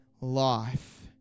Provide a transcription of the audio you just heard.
life